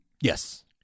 Yes